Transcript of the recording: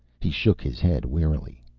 he shook his head wearily.